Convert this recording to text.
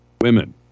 Women